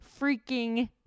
freaking